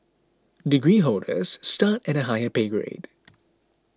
degree holders start at a higher pay grade